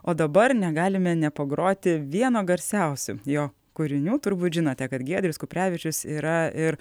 o dabar negalime nepagroti vieno garsiausių jo kūrinių turbūt žinote kad giedrius kuprevičius yra ir